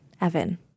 Evan